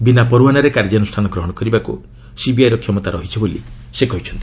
ବିନା ପରଓ୍ୱାନାରେ କାର୍ଯ୍ୟାନୁଷ୍ଠାନ ଗ୍ରହଣ କରିବାକୁ ସିବିଆଇର କ୍ଷମତା ରହିଛି ବୋଲି ସେ କହିଛନ୍ତି